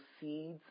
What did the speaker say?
seeds